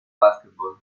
básquetbol